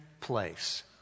place